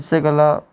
इस्सै गल्ला